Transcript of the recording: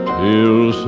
till